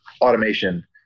automation